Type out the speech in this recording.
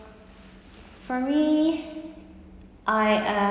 for me I am